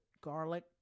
garlic